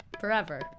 Forever